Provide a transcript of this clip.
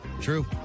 True